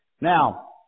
Now